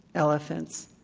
elephants,